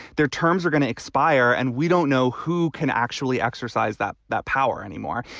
their terms are going to expire. and we don't know who can actually exercise that that power anymore.